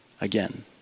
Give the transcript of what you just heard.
again